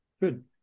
Good